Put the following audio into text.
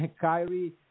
Kyrie